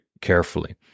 carefully